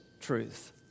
truth